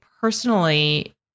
personally